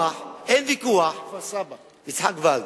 יצחק ולד,